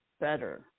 better